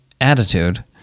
attitude